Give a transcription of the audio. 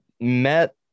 met